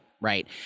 Right